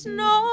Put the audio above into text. no